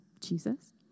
Jesus